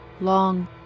long